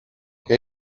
que